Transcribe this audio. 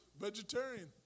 vegetarian